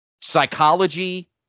psychology